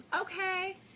Okay